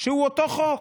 שהוא אותו חוק,